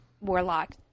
warlock